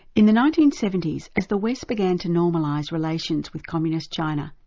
in the nineteen seventy s as the west began to normalise relations with communist china,